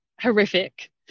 horrific